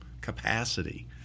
capacity